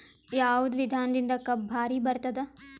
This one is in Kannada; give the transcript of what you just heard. ಯಾವದ ವಿಧಾನದಿಂದ ಕಬ್ಬು ಭಾರಿ ಬರತ್ತಾದ?